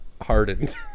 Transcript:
hardened